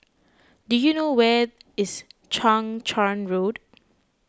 do you know where is Chang Charn Road